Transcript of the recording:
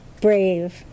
brave